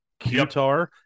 qatar